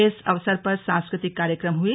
इस अवसर पर सांस्कृतिक कार्यक्रम हुए